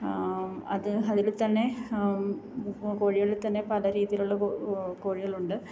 അത് അതിൽ തന്നെ കോഴികളി തന്നെ പല രീതിയിലുള്ള കോഴികൾ ഉണ്ട്